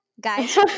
guys